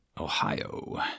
Ohio